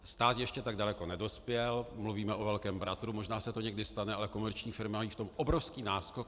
Stát ještě tak daleko nedospěl, mluvíme o velkém bratru, možná se to někdy stane, ale komerční firmy v tom mají obrovský náskok.